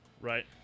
Right